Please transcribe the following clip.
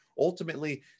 ultimately